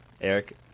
Eric